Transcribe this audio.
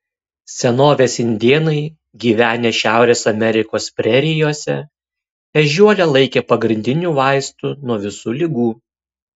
senovės indėnai gyvenę šiaurės amerikos prerijose ežiuolę laikė pagrindiniu vaistu nuo visų ligų